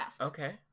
Okay